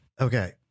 Okay